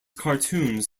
cartoons